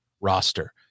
roster